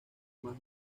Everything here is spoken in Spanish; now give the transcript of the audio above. más